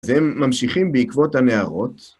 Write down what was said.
והם ממשיכים בעקבות הנערות.